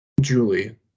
julie